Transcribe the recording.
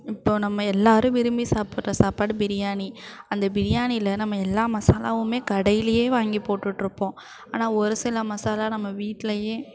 இப்போ நம்ம எல்லாேரும் விரும்பி சாப்பிட்ற சாப்பாடு பிரியாணி அந்த பிரியாணியில் நம்ம எல்லா மசாலாவுமே கடையிலேயே வாங்கி போட்டுகிட்ருப்போம் ஆனால் ஒரு சில மசாலா நம்ம வீட்லேயே